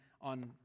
on